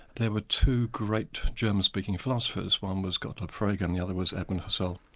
there were two great german-speaking philosophers. one was gottlob frege and the other was edmund husserl,